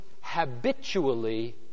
habitually